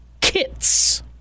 kits